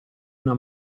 una